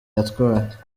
yatwaye